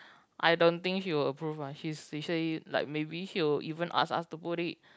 I don't think she will approve ah she she surely like maybe she will even ask us to put it